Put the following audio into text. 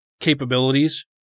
capabilities